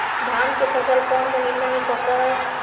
धान के फसल कौन महिना मे पक हैं?